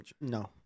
No